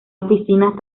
oficinas